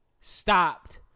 stopped